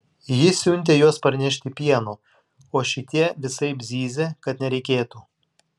ji siuntė juos parnešti pieno o šitie visaip zyzė kad nereikėtų